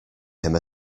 him